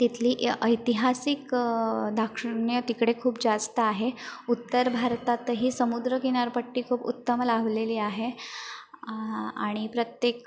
तिथली ऐतिहासिक दाक्षिण्य तिकडे खूप जास्त आहे उत्तर भारतातही समुद्र किनारपट्टी खूप उत्तम लाभलेली आहे आणि प्रत्येक